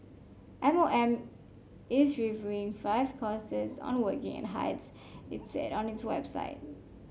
M O M is reviewing five courses on the working at heights it said on its website